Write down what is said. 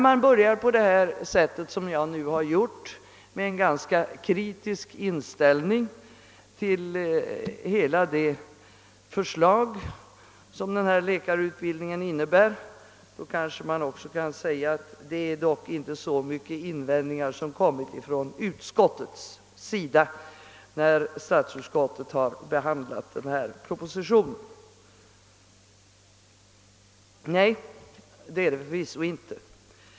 Jag har startat mitt anförande med en ganska kritisk inställning till hela förslaget om läkarutbildning, men det är inte särskilt många invändningar resta från utskottets sida vid behandlingen av denna proposition. Förvisso inte!